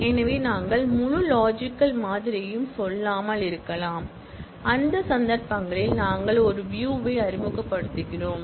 எனவே நாங்கள் முழு லாஜிக்கல் மாதிரியையும் சொல்லாமல் இருக்கலாம் அந்த சந்தர்ப்பங்களில் நாங்கள் ஒரு வியூ யை அறிமுகப்படுத்துகிறோம்